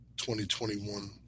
2021